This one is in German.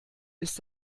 ist